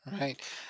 Right